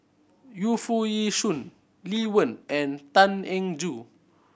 Yu Foo Yee Shoon Lee Wen and Tan Eng Joo